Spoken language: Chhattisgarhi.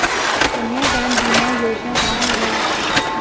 कन्यादान बीमा योजना का हरय?